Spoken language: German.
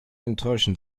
enttäuschen